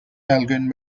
elgin